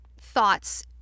thoughts